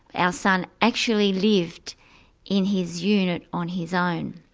ah son actually lived in his unit on his own.